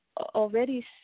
already